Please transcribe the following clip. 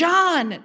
John